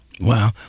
Wow